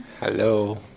Hello